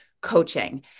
coaching